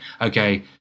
okay